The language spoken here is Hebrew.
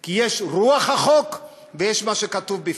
כי יש רוח החוק ויש מה שכתוב בפנים.